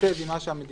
מתכתב עם מה שהמדינה